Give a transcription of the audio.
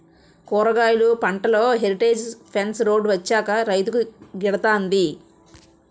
కూరగాయలు పంటలో heritage fence road వచ్చాక రైతుకు గిడతంది